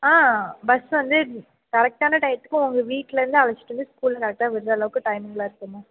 ஆ bus வந்து கரெக்ட்டான டயத்துக்கு உங்கள் வீட்லருந்து அழைச்சிட்டு வந்து ஸ்கூலில் கரெக்ட்டாக விடுற அளவுக்கு டைமில் இருக்கும்மா